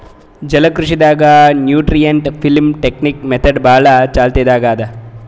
ಜಲಕೃಷಿ ದಾಗ್ nutrient film technique method ಭಾಳ್ ಚಾಲ್ತಿದಾಗ್ ಅದಾ